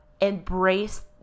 embrace